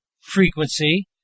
frequency